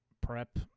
prep